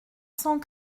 cent